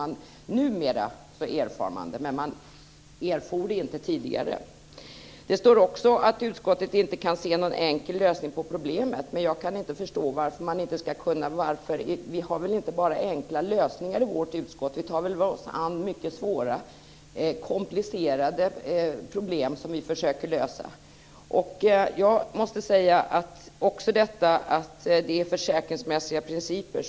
Numera erfar man det. Men man erfor det inte tidigare. Det står också att utskottet inte kan se någon enkel lösning på problemet. Men vi har väl inte bara enkla lösningar i vårt utskott? Vi tar oss väl an mycket svåra, komplicerade problem som vi försöker lösa? Jag måste också säga något om detta att det är försäkringsmässiga principer.